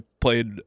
played